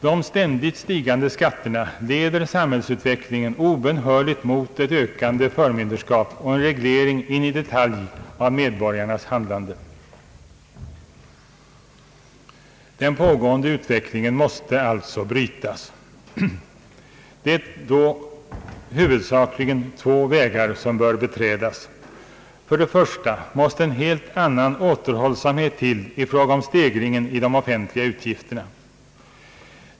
De ständigt stigande skatterna leder samhällsutvecklingen obönhörligt mot ett ökande förmynderskap och en reglering in i detalj av medborgarnas handlande. Den pågående utvecklingen måste alltså brytas. Det är då huvudsakligen två vägar som bör beträdas. För det första måste en helt annan återhållsamhet till i fråga om stegringen i de offentliga utgifterna.